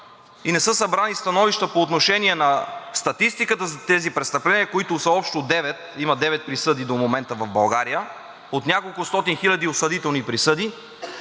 и не са събрани становища по отношение на статистиката за тези престъпления, които са общо девет, има девет присъди до момента в България от няколкостотин хиляди осъдителни присъди,